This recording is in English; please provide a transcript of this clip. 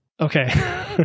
Okay